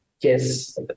yes